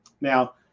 Now